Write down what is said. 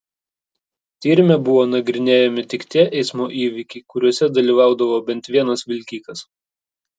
tyrime buvo nagrinėjami tik tie eismo įvykiai kuriuose dalyvaudavo bent vienas vilkikas